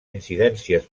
incidències